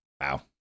Wow